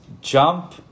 jump